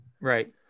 Right